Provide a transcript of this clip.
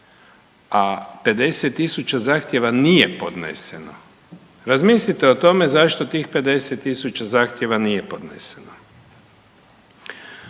a 50 tisuća zahtjeva nije podneseno. Razmislite o tome zašto tih 50 tisuća zahtjeva nije podneseno.